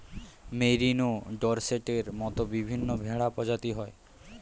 merino, ডর্সেটের মত বিভিন্ন ভেড়া প্রজাতি হয়